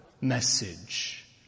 message